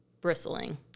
bristling